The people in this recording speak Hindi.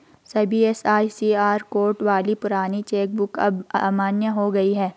सभी एम.आई.सी.आर कोड वाली पुरानी चेक बुक अब अमान्य हो गयी है